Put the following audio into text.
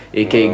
ak